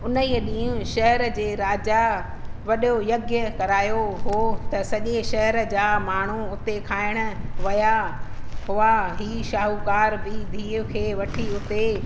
उन ई ॾींहुं शहर जे राजा वॾो यज्ञ करायो हुओ त सॼे शहर जा माण्हू उते खाइण विया हुआ हीउ शाहूकार बि धीउ खे वठी उते